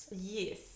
Yes